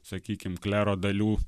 sakykim klero dalių